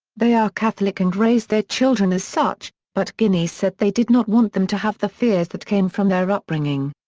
they are catholic and raised their children as such, but ginnie said they did not want them to have the fears that came from their upbringing.